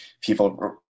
people –